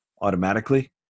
automatically